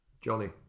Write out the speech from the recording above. Johnny